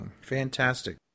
Fantastic